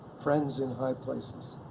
friends in high places.